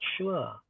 sure